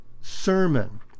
sermon